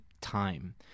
time